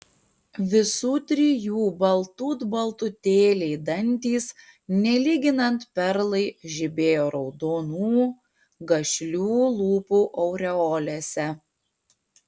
visų trijų baltut baltutėliai dantys nelyginant perlai žibėjo raudonų gašlių lūpų aureolėse